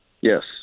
Yes